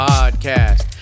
Podcast